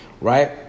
Right